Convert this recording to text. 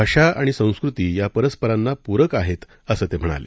भाषा आणि संस्कृती या परस्परांना पुरक आहेत असं ते म्हणाले